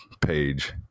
page